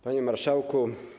Panie Marszałku!